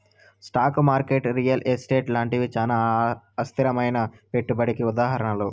stock market real estate లాంటివి చానా అస్థిరమైనా పెట్టుబడికి ఉదాహరణలు